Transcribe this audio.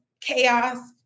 chaos